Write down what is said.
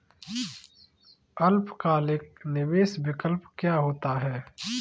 अल्पकालिक निवेश विकल्प क्या होता है?